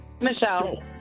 Michelle